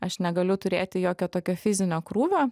aš negaliu turėti jokio tokio fizinio krūvio